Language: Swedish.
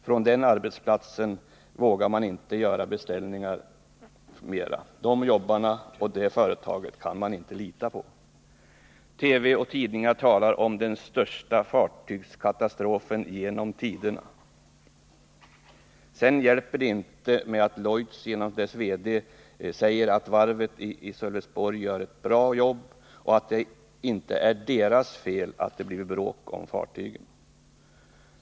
Från den arbetsplatsen vågar man inte göra några beställningar. De jobbarna och det företaget kan man inte lita på. I TV och i tidningar talas det om ”den största fartygsskandalen genom tiderna”. Sedan hjälper det inte mycket att Lloyds VD säger att varvet i Sölvesborg gör bra jobb och att det inte är varvets fel att det blivit bråk om fartygen.